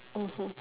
mmhmm